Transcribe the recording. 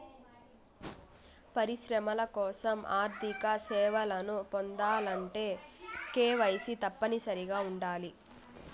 పరిశ్రమల కోసం ఆర్థిక సేవలను పొందాలంటే కేవైసీ తప్పనిసరిగా ఉండాలి